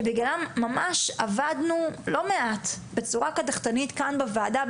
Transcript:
שבגללן עבדנו בצורה קדחתנית כאן בוועדה,